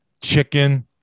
chicken